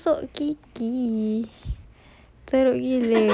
she tak gosok gigi